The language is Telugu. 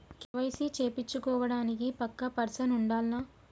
కే.వై.సీ చేపిచ్చుకోవడానికి పక్కా పర్సన్ ఉండాల్నా?